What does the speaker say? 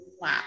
wow